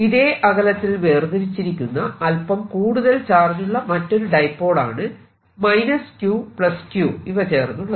ഇതേ അകലത്തിൽ വേർതിരിച്ചിരിക്കുന്ന അല്പം കൂടുതൽ ചാർജുള്ള മറ്റൊരു ഡൈപോൾ ആണ് Q Q ഇവ ചേർന്നുള്ളത്